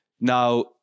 Now